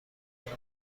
نیاز